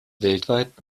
weltweit